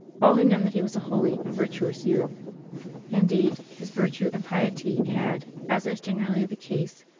all had known that he was a holy and virtuous youth indeed, his virtue and piety had, as is generally the case,